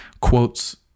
quotes